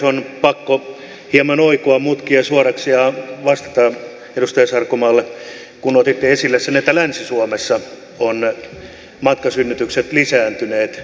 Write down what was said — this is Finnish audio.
on pakko hieman oikoa mutkia suoraksi ja vastata edustaja sarkomaalle kun otitte esille sen että länsi suomessa ovat matkasynnytykset lisääntyneet